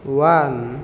one